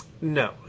No